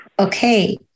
Okay